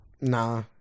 Nah